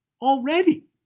already